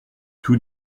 tous